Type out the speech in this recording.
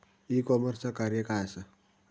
E कॉमर्सचा कार्य काय असा?